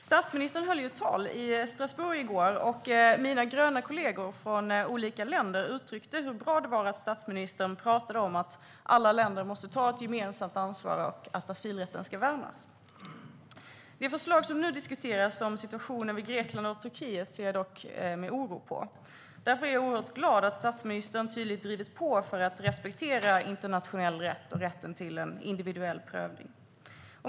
Statsministern höll ett tal i Strasbourg i går, och mina gröna kollegor från olika länder uttryckte hur bra det var att statsministern pratade om att alla länder måste ta ett gemensamt ansvar och att asylrätten ska värnas. Det förslag som nu diskuteras om situationen i Grekland och Turkiet ser jag dock med oro på. Därför är jag oerhört glad att statsministern tydligt drivit på för att respektera internationell rätt och rätten till en individuell prövning.